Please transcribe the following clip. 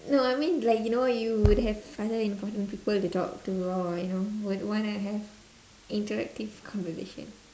no I mean like you know you would have other important people to talk to or you know would wanna have interactive conversation